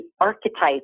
archetypes